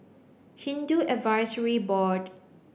Hindu Advisory Board